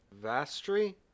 Vastri